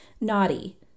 naughty